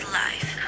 life